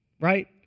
right